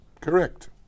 Correct